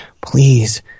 please